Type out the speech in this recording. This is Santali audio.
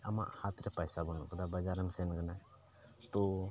ᱟᱢᱟᱜ ᱦᱟᱛᱨᱮ ᱯᱚᱭᱥᱟ ᱵᱟᱹᱱᱩᱜ ᱟᱠᱟᱫᱟ ᱵᱟᱡᱟᱨᱮᱢ ᱥᱮᱱ ᱟᱠᱟᱱᱟ ᱛᱚ